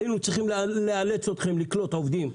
היינו צריכים לאלץ אתכם לקלוט עובדים,